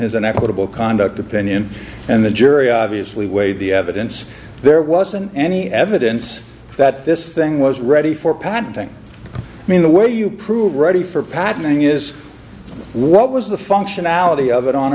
has an equitable conduct opinion and the jury obviously weigh the evidence there wasn't any evidence that this thing was ready for patenting i mean the way you prove ready for patenting is what was the functionality of it on